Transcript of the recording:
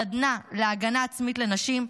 סדנה להגנה עצמית לנשים,